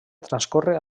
transcorre